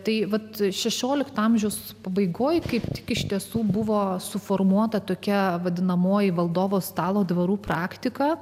tai vat šešiolikto amžiaus pabaigoj kaip tik iš tiesų buvo suformuota tokia vadinamoji valdovo stalo dvarų praktika